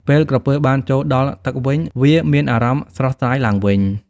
ពេលក្រពើបានចូលដល់ទឹកវិញ វាមានអារម្មណ៍ស្រស់ស្រាយឡើងវិញ។